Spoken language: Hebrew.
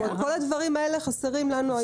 זה משהו שמאוד חסר אצלנו.